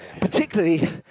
Particularly